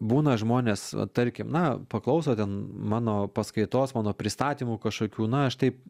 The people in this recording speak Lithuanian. būna žmonės va tarkim na paklauso ten mano paskaitos mano pristatymų kažkokių na aš taip